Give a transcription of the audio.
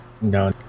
No